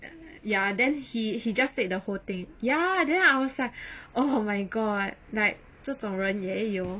ya then he he just take the whole thing ya then I was like oh my god like 这种人也有